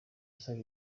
asaba